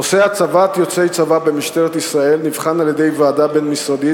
נושא הצבת יוצאי צבא במשטרת ישראל נבחן על-ידי ועדה בין-משרדית